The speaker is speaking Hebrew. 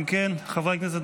חברי הכנסת,